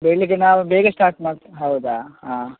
ಬೆಳಗ್ಗೆ ನಾವು ಬೇಗ ಸ್ಟಾರ್ಟ್ ಮಾಡ್ತಾ ಹೌದಾ ಹಾಂ